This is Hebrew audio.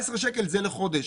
תיראו, 17 שקל זה לחודש.